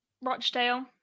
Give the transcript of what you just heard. Rochdale